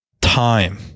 time